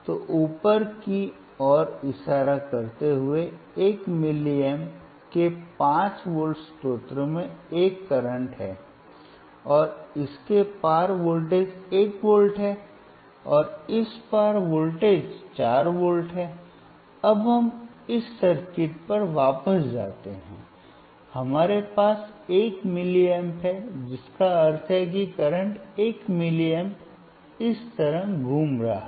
तो ऊपर की ओर इशारा करते हुए 1 मिलीएम्प के 5 वोल्ट स्रोत में एक करंट है और इसके पार वोल्टेज 1 वोल्ट है और इस पर वोल्टेज 4 वोल्ट है अब हम इस सर्किट पर वापस जाते हैं हमारे पास 1 मिलीएम्प है जिसका अर्थ है कि करंट 1 मिलीएम्प इस तरह घूम रहा है